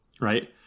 right